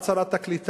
את שרת הקליטה,